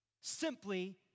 simply